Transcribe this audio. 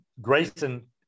grayson